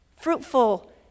fruitful